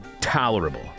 tolerable